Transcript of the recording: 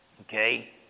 okay